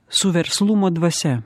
su verslumo dvasia